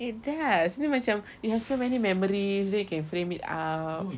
it does dia macam you have so many memories then you can frame it up